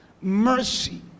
mercy